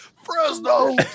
Fresno